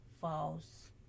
false